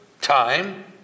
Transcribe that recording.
time